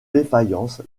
défaillance